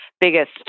biggest